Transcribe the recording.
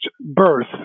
birth